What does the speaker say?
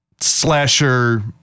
Slasher